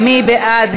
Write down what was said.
מי בעד?